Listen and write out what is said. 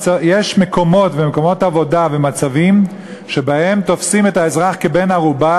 מקומות עבודה ומצבים שבהם תופסים את האזרח כבן-ערובה